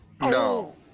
No